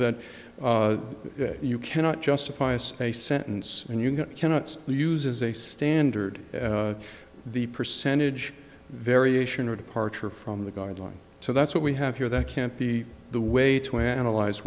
that you cannot justify a space sentence and you cannot use as a standard the percentage variation or a departure from the guideline so that's what we have here that can't be the way to analyze